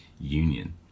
union